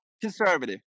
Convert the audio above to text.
conservative